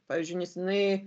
pavyzdžiui neseniai